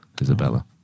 Isabella